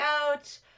out